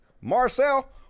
Marcel